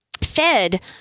fed